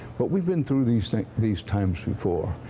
but we've been through these these times before.